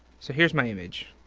so here's my image.